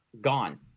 gone